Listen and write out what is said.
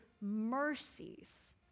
mercies